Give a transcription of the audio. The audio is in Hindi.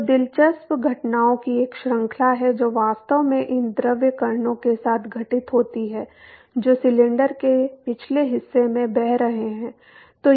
तो दिलचस्प घटनाओं की एक श्रृंखला है जो वास्तव में इन द्रव कणों के साथ घटित होती है जो सिलेंडर के पिछले हिस्से में बह रहे हैं